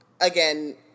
again